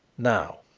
now.